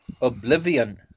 oblivion